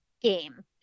game